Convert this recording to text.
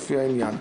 לפי העניין.